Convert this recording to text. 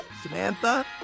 Samantha